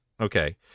Okay